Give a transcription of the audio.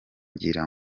ngira